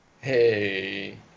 Hey